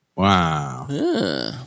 Wow